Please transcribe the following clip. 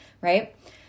right